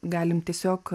galim tiesiog